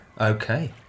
okay